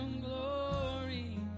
glory